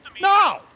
No